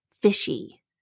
fishy